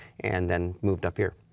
and then moved up here.